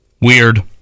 Weird